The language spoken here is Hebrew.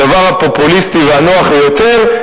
הדבר הפופוליסטי והנוח ביותר,